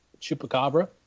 chupacabra